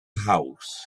house